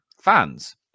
fans